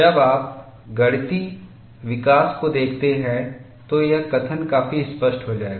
जब आप गणितीय विकास को देखते हैं तो यह कथन काफी स्पष्ट हो जाएगा